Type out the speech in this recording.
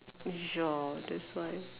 ya that's why